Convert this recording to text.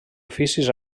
oficis